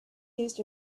used